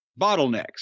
bottlenecks